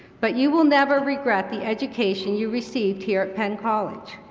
but you will never regret the education you received here at penn college.